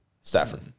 Stafford